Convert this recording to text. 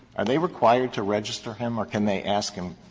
are they required to register him or can they ask him,